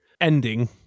ending